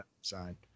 sign